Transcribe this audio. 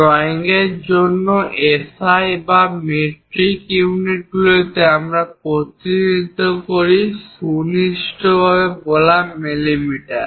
drawing এর জন্য SI বা মেট্রিক ইউনিটগুলিকে আমরা প্রতিনিধিত্ব করি সুনির্দিষ্টভাবে বলা মিলিমিটার